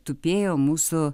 tupėjo mūsų